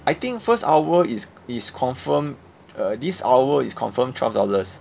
I think first hour is is confirm uh this hour is confirm twelve dollars